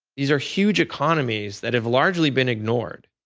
these are huge economies that have largely been ignored.